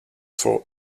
for